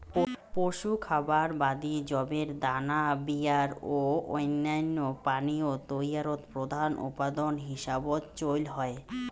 পশু খাবার বাদি যবের দানা বিয়ার ও অইন্যান্য পানীয় তৈয়ারত প্রধান উপাদান হিসাবত চইল হয়